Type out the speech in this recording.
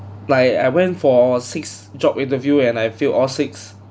like I went for six job interview and I feel six